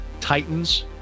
titans